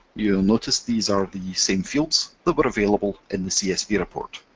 you'll notice these are the same fields that were available in the csv report.